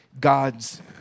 God's